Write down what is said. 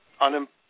unemployment